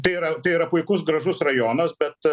tai yra tai yra puikus gražus rajonas bet